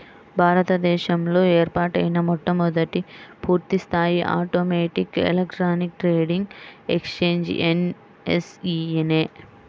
భారత దేశంలో ఏర్పాటైన మొట్టమొదటి పూర్తిస్థాయి automatic electronic trading exchange NSE నే